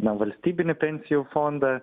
nevalstybinį pensijų fondą